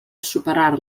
superar